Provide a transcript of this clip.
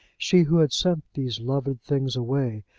she, who had sent these loved things away,